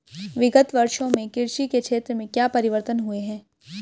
विगत वर्षों में कृषि के क्षेत्र में क्या परिवर्तन हुए हैं?